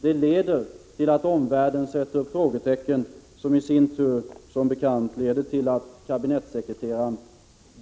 Det leder till att omvärlden sätter frågetecken — som i sin tur, som bekant, leder till att kabinettssekreteraren